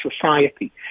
society